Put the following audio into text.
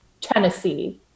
Tennessee